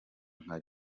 nka